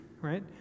right